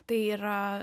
tai yra